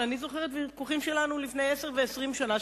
אבל אני זוכרת ויכוחים שלנו לפני עשר ו-20 שנה,